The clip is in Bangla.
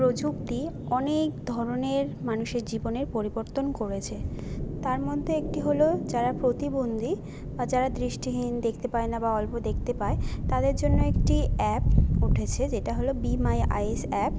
প্রযুক্তি অনেক ধরনের মানুষের জীবনের পরিবর্তন করেছে তার মধ্যে একটি হলো যারা প্রতিবন্ধী বা যারা দৃষ্টিহীন দেখতে পায় না বা অল্প দেখতে পায় তাদের জন্য একটি অ্যাপ উঠেছে যেটা হলো বি মাই আইস অ্যাপ